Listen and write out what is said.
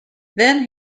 then